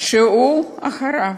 שהוא אחריו,